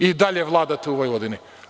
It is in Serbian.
I dalje vladate u Vojvodini.